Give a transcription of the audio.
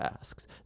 asks